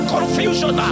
Confusion